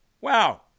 Wow